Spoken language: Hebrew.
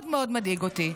מאוד מאוד מדאיג אותי.